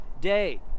day